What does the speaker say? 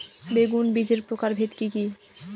বেগুন বীজের প্রকারভেদ কি কী?